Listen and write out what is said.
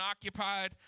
occupied